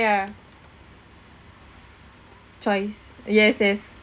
ya choice yes yes